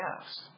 yes